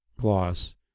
Gloss